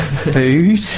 Food